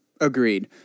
Agreed